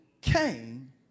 Cain